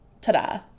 Ta-da